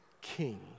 king